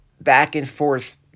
back-and-forth